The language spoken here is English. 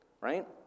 Right